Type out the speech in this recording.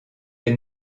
est